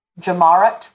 Jamarat